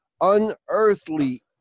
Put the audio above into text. unearthly